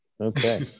okay